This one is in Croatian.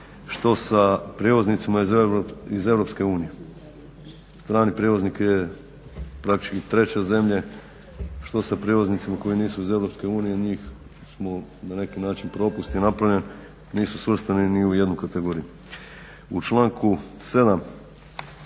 što sa prijevoznicima sa EU, strani prijevoznik je praktički treće zemlje. Što je sa prijevoznicima koji nisu iz EU, njih smo na neki način, propust je napravljen, nisu svrstani ni u jednu kategoriju. U članku 7.